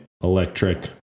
Electric